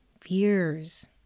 fears